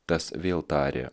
tas vėl tarė